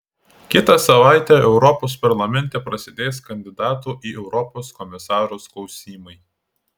kitą savaitę europos parlamente prasidės kandidatų į europos komisarus klausymai